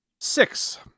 Six